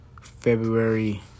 February